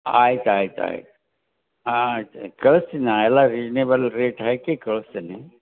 ಆಯ್ತು ಆಯ್ತು ಆಯ್ತು ಹಾಂ ಕಳ್ಸ್ತೀನು ನಾನು ಎಲ್ಲ ರಿಜ್ನೇಬಲ್ ರೇಟ್ ಹಾಕಿ ಕಳಿಸ್ತೀನಿ